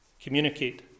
communicate